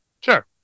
Sure